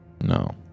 No